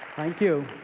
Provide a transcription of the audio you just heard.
thank you.